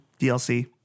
DLC